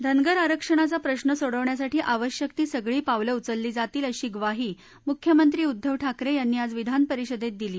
धनगर आरक्षणाचा प्रश्न सोडवण्यासाठी आवश्यक ती सगळी पावलं उचलली जातील अशी ग्वाही मुख्यमंत्री उद्दव ठाकरव्यांनी आज विधानपरिषदत्तदिली